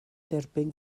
derbyn